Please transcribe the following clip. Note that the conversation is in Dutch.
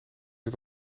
het